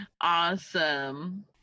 Awesome